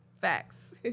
Facts